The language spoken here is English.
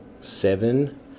seven